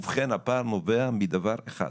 ובכן, הפער נובע מדבר אחד.